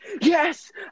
Yes